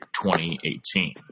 2018